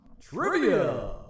Trivia